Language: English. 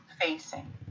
facing